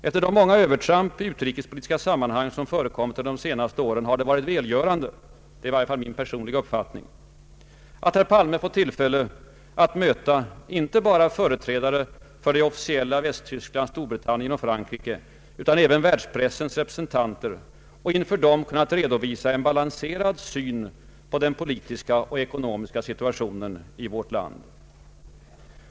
Efter de många övertramp i de utrikespolitiska sammanhangen som förekommit under de senaste åren har det varit välgörande — det är min personliga uppfattning — att herr Palme fått tillfälle att möta icke endast företrädare för det officiella Västtyskland, Storbritannien och Frankrike, utan även världspressens representanter och inför dem kunnat redovisa en balanserad syn på den politiska och ekonomiska situationen i vårt land.